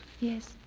Yes